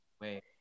Wait